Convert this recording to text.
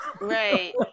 right